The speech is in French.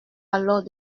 alors